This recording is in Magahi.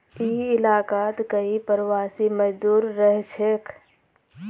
ई इलाकात कई प्रवासी मजदूर रहछेक